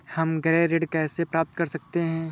हम गृह ऋण कैसे प्राप्त कर सकते हैं?